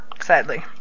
Sadly